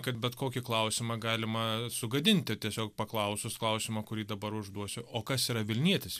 kad bet kokį klausimą galima sugadinti tiesiog paklausus klausimo kurį dabar užduosiu o kas yra vilnietis